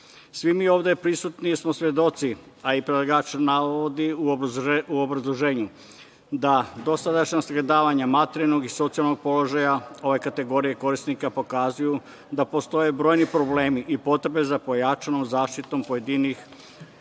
mi ovde prisutni smo svedoci, a i predlagač navodi u obrazloženju da dosadašnja davanja materijalnog i socijalnog položaja ove kategorije korisnika pokazuju da postoje brojni problemi i potrebe za pojačanom zaštitom pojedinih,